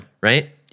Right